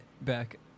back